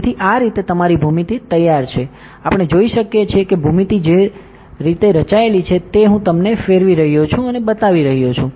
તેથી આ રીતે તમારી ભૂમિતિ તૈયાર છે આપણે જોઈ શકીએ છીએ કે ભૂમિતિ જે રચાયેલી છે તે હું તમને ફેરવી રહ્યો છું અને બતાવી રહ્યો છું